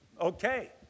okay